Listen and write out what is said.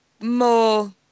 more